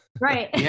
right